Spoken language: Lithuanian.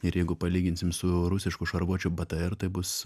ir jeigu palyginsim su rusišku šarvuočiu btr tai bus